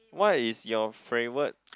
what is your favourite